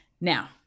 Now